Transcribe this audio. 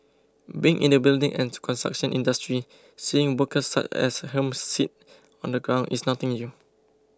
being in the building and construction industry seeing workers such as him sit on the ground is nothing new